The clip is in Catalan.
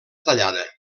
tallada